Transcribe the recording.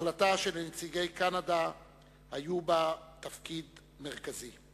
החלטה שלנציגי קנדה היה בה תפקידי מרכזי.